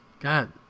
God